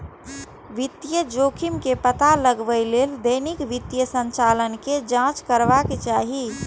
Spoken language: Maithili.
वित्तीय जोखिम के पता लगबै लेल दैनिक वित्तीय संचालन के जांच करबाक चाही